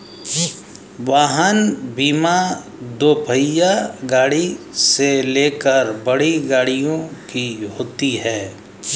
वाहन बीमा दोपहिया गाड़ी से लेकर बड़ी गाड़ियों की होती है